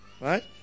Right